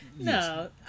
No